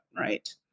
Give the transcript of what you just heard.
right